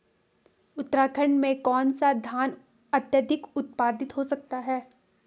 उत्तराखंड में कौन सा धान अत्याधिक उत्पादित हो सकता है?